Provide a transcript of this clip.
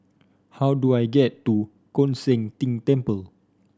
how do I get to Koon Seng Ting Temple